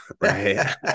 right